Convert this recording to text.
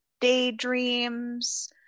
daydreams